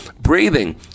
Breathing